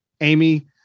Amy